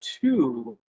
two